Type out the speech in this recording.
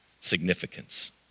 significance